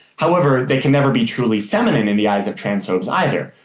however, they can never be truly feminine in the eyes of transphobes either,